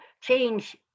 change